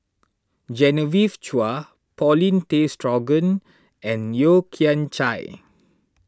Genevieve Chua Paulin Tay Straughan and Yeo Kian Chai